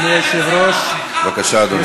אדוני היושב-ראש,